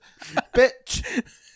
Bitch